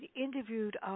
interviewed